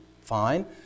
fine